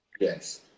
Yes